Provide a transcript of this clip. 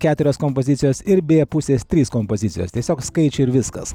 keturios kompozicijos ir b pusės trys kompozicijos tiesiog skaičių ir viskas